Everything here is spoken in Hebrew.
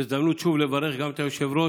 זו הזדמנות לברך שוב גם את היושב-ראש,